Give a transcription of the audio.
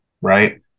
right